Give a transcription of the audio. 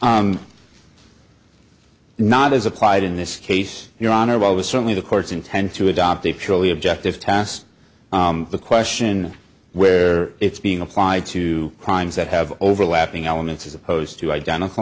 test not as applied in this case your honor well was certainly the court's intent to adopt actually objective test the question where it's being applied to crimes that have overlapping elements as opposed to identify